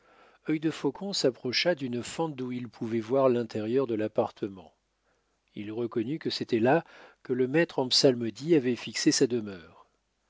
de faon s'approcha d'une fente d'où il pouvait voir l'intérieur de l'appartement il reconnut que c'était là que le maître en psalmodie avait fixé sa demeure